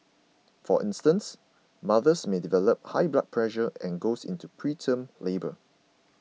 for instance mothers may develop high blood pressure and go into preterm labour